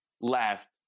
left